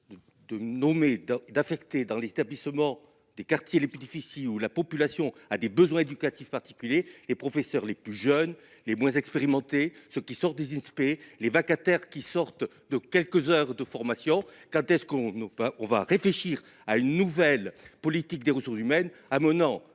De nommer dans d'affecter dans les établissements des quartiers les plus difficiles, où la population a des besoins éducatifs particuliers les professeurs les plus jeunes, les moins expérimentés. Ce qui sort des Inspé, les vacataires qui sortent de quelques heures de formation, quand est-ce qu'on n'a pas, on va réfléchir à une nouvelle politique des ressources humaines, amenant